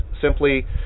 simply